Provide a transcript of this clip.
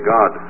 God